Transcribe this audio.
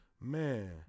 man